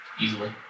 Easily